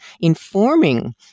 informing